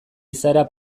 izaera